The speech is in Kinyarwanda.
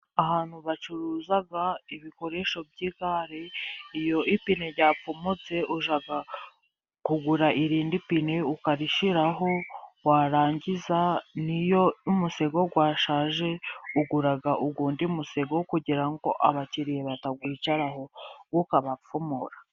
Ahantu bacuruza ibikoresho by'igare, iyo ipine ryapfumutse ujya kugura irindi pine ukarishyiraho, warangiza n'iyo n'umusego washaje ugura undi musego kugira ngo abakiriya batawicaraho ukabapfumura.